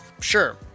Sure